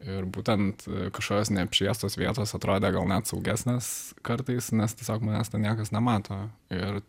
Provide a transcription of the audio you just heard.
ir būtent kažkas neapšviestos vietos atrodė gal net saugesnės kartais nes tiesiog manęs ten niekas nemato ir